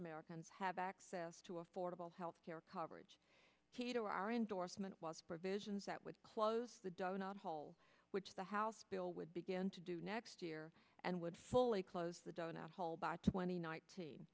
americans have access to affordable health care coverage to our endorsement was provisions that would close the donut hole which the house bill would begin to do next year and would fully close the donut hole by twenty ni